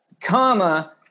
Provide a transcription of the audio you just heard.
comma